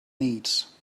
needs